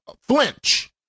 flinch